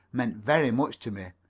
meant very much to me.